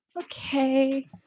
Okay